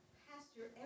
pastor